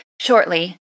shortly